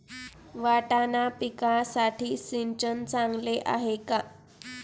वाटाणा पिकासाठी सिंचन चांगले आहे का?